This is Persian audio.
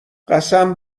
قسم